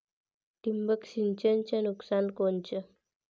ठिबक सिंचनचं नुकसान कोनचं?